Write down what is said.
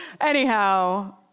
anyhow